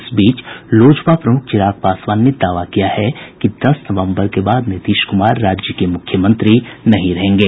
इस बीच लोजपा प्रमुख चिराग पासवान ने दावा किया है कि दस नवम्बर के बाद नीतीश कुमार राज्य के मुख्यमंत्री नहीं रहेंगे